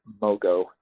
MoGo